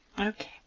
Okay